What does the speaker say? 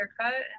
haircut